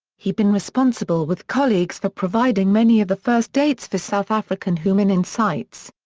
he been responsible with colleagues for providing many of the first dates for south african hominin sites.